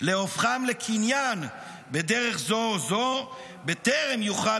להופכם לקניין בדרך זו או זו בטרם יוכל